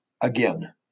again